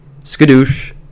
Skadoosh